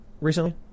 recently